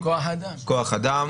כוח אדם.